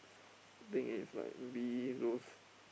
think is like maybe those